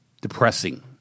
depressing